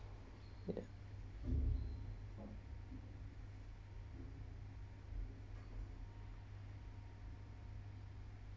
ya